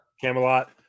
Camelot